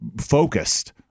focused